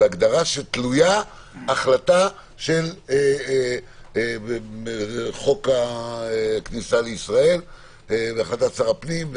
הגדרה שתלויה החלטה של חוק הכניסה לישראל בהחלטת שר הפנים,